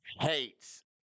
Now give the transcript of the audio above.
hates